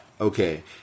Okay